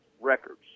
records